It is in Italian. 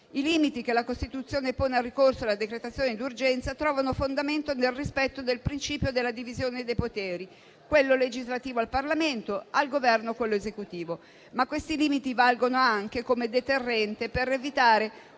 I limiti che la Costituzione pone al ricorso alla decretazione d'urgenza trovano fondamento nel rispetto del principio della divisione dei poteri: quello legislativo al Parlamento e al Governo quello esecutivo. Questi limiti valgono anche come deterrente per evitare